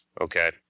Okay